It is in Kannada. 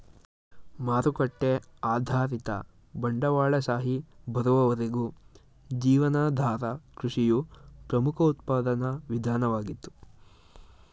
ಮಾರುಕಟ್ಟೆ ಆಧಾರಿತ ಬಂಡವಾಳಶಾಹಿ ಬರುವವರೆಗೂ ಜೀವನಾಧಾರ ಕೃಷಿಯು ಪ್ರಮುಖ ಉತ್ಪಾದನಾ ವಿಧಾನವಾಗಿತ್ತು